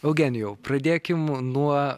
eugenijau pradėkim nuo